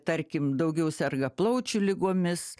tarkim daugiau serga plaučių ligomis